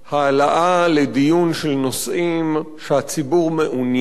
העלאה לדיון של נושאים שהציבור מעוניין